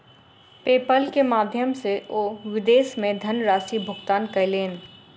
PayPal के माध्यम सॅ ओ विदेश मे धनराशि भुगतान कयलैन